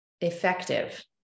effective